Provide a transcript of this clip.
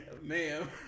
ma'am